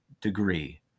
degree